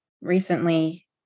recently